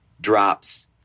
drops